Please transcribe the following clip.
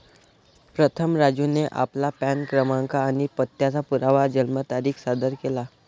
प्रथम राजूने आपला पॅन क्रमांक आणि पत्त्याचा पुरावा जन्मतारीख सादर केला